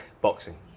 Boxing